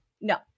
No